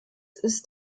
ist